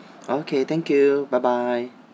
okay thank you bye bye